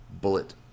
bullet